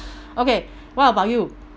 okay what about you